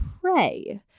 pray